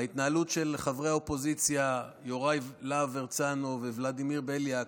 ההתנהלות של חברי האופוזיציה יוראי להב הרצנו וולדימיר בליאק,